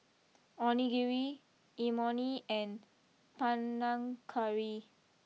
Onigiri Imoni and Panang Curry